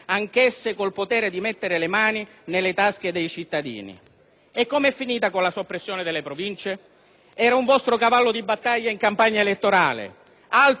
E come è finita con la soppressione delle Province? Era un vostro cavallo di battaglia in campagna elettorale. Altro che sopprimerle! Anche a loro più potere di tassare e di spendere.